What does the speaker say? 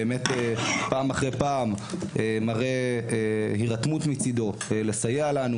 שפעם אחר פעם מראה הירתמות מצידו כדי לסייע לנו,